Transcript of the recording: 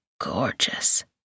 gorgeous